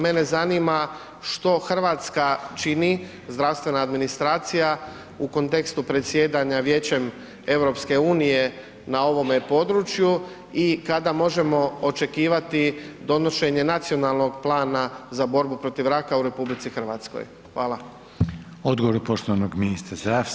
Mene zanima što Hrvatska čini, zdravstvena administracija u kontekstu predsjedanja Vijećem EU na ovome području i kada možemo očekivati donošenje Nacionalnog plana za borbu protiv raka u RH?